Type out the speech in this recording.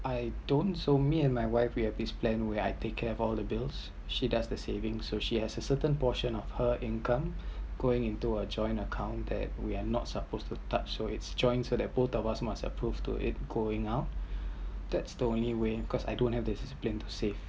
I don’t so me and my wife we have this plan where I take care of all the bills she does the saving so she has a certain portion of her income going into a joint account that we are not supposed to touch so it’s joint so that both of us must approved to it going out that’s the only way because I don’t have a decision plan to save